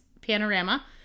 panorama